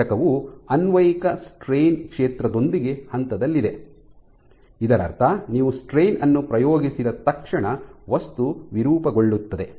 ಈ ಘಟಕವು ಅನ್ವಯಿಕ ಸ್ಟ್ರೈನ್ ಕ್ಷೇತ್ರದೊಂದಿಗೆ ಹಂತದಲ್ಲಿದೆ ಇದರರ್ಥ ನೀವು ಸ್ಟ್ರೈನ್ ಅನ್ನು ಪ್ರಯೋಗಿಸಿದ ತಕ್ಷಣ ವಸ್ತು ವಿರೂಪಗೊಳ್ಳುತ್ತದೆ